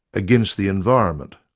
against the environment,